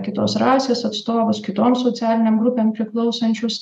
kitos rasės atstovus kitom socialinėm grupėm priklausančius